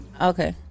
Okay